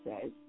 says